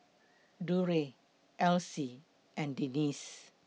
Durrell Elise and Denisse